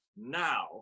now